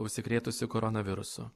užsikrėtusi koronavirusu